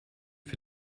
für